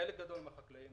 חלק גדול מן החקלאים